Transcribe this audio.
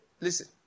listen